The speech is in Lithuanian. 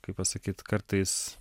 kaip pasakyt kartais